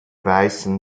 weißen